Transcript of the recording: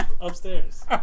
upstairs